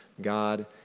God